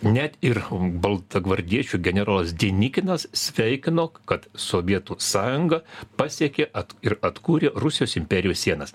net ir baltagvardiečių generolas denikinas sveikino kad sovietų sąjunga pasiekė ir atkūrė rusijos imperijos sienas